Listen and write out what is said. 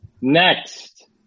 Next